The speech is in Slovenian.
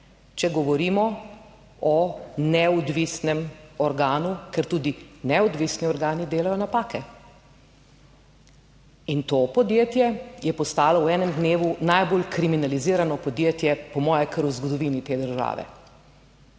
če govorimo o neodvisnem organu, ker tudi neodvisni organi delajo napake. In to podjetje je postalo v enem dnevu najbolj kriminalizirano podjetje, po moje kar v zgodovini te države,